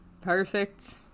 perfect